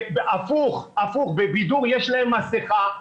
הפוך, בבידור יש להם מסכה.